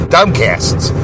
Dumbcasts